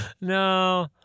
No